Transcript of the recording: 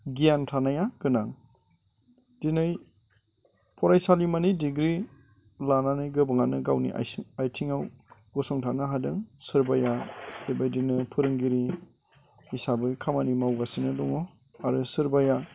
गियान थानाया गोनां दिनै फरायसालिमानि डिग्रि लानानै गोबाङानो गावनि आथिङाव गसंथानो हादों सोरबाया बेबायदिनो फोरोंगिरि हिसाबै खामानि मावगासिनो दङ आरो सोरबाया